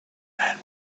and